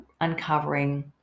uncovering